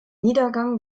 niedergang